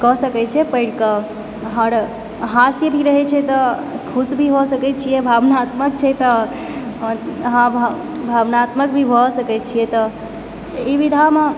कऽ सकय छै पढिके हर हास्य भी रहैत छै तऽ खुश भी हो सकैत छियै भावनात्मक छै तऽ अहाँ भावनात्मक भी भऽ सकैत छियै तऽ ई विधामे